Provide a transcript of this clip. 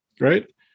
right